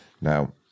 Now